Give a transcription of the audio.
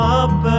up